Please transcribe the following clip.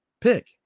pick